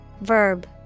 Verb